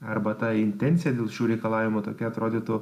arba ta intencija dėl šių reikalavimų tokia atrodytų